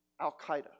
Al-Qaeda